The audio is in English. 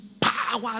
power